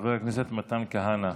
חבר הכנסת מתן כהנא,